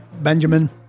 Benjamin